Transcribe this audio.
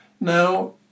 Now